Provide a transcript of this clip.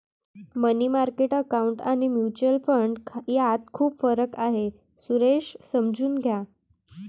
मनी market account आणि mutual fund यात खूप फरक आहे, सुरेश समजून घ्या